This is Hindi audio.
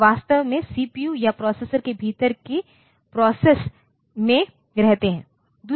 वे वास्तव में सीपीयू या प्रोसेसर के भीतर की प्रोसेस में रहते हैं